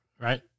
right